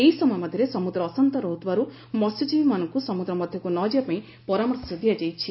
ଏହି ସମୟ ମଧ୍ଧରେ ସମୁଦ୍ର ଅଶାନ୍ତ ରହୁଥିବାରୁ ମହ୍ୟଜୀବୀମାନଙ୍କୁ ସମୁଦ୍ର ମଧ୍ଧକୁ ନ ଯିବାପାଇଁ ପରାମର୍ଶ ଦିଆଯାଇଛି